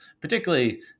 particularly –